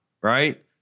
right